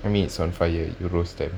I mean it's on fire roasted